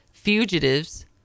Fugitives